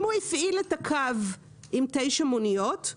אם הוא הפעיל את הקו עם תשע מוניות,